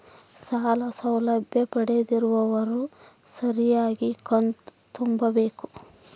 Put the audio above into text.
ಸಾಲ ಸೌಲಭ್ಯ ಪಡೆದಿರುವವರು ಸರಿಯಾಗಿ ಕಂತು ತುಂಬಬೇಕು?